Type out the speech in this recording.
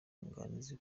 ubwunganizi